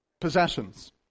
Possessions